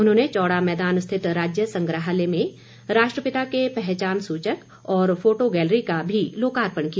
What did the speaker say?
उन्होंने चौड़ा मैदान स्थित राज्य संग्रहालय में राष्ट्रपिता के पहचान सूचक और फोटो गैलरी का भी लोकार्पण किया